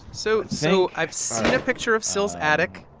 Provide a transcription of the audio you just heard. so so i've seen a picture of syl's attic.